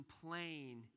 complain